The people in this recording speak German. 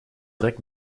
dreck